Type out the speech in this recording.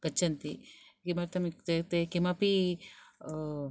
गच्छान्ति किमर्थम् इत्युक्ते किमपि